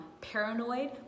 paranoid